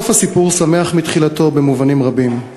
בשניהם סוף הסיפור שמח מתחילתו במובנים רבים.